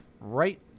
right